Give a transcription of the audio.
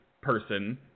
person